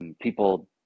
People